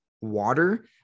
water